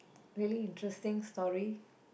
really interesting story